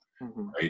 right